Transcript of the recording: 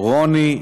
רוני,